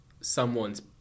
someone's